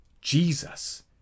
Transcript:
Jesus